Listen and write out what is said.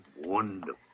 Wonderful